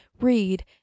read